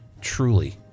truly